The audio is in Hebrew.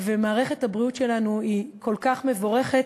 מערכת הבריאות שלנו היא כל כך מבורכת